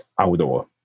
outdoor